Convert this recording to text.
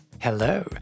Hello